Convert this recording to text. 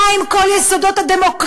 מה עם כל יסודות הדמוקרטיה?